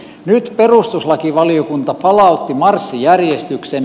nyt perustuslakivaliokunta palautti marssijärjestyksen